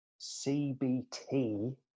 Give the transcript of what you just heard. CBT